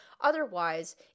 Otherwise